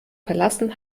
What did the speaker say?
verlassen